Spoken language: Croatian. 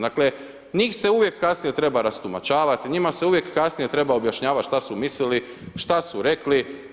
Dakle njih se uvijek kasnije treba rastumačavati, njima se uvijek kasnije treba objašnjavati šta su mislili, šta su rekli.